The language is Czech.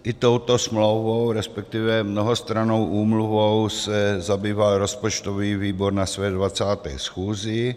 I touto smlouvou, respektive mnohostrannou úmluvou, se zabýval rozpočtový výbor na své 20. schůzi.